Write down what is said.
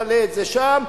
נעלה את זה שם.